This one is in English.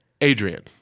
Adrian